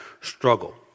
struggle